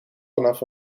vanaf